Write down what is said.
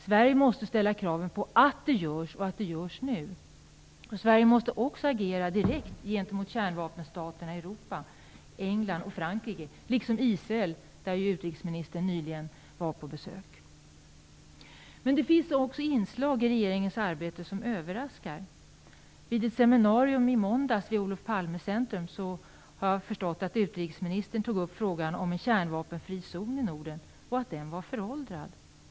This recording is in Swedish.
Sverige måste ställa krav på att det görs och att det görs nu. Sverige måste också agera direkt gentemot kärnvapenstaterna i Europa - England, Frankrike och Israel där ju utrikesministern nyligen var på besök. Det finns inslag i regeringens arbete som överraskar. Vid ett seminarium i måndags vid Olof Palme Centrum tog utrikesministern upp frågan om en kärnvapenfri zon i Norden och menade att den var föråldrad.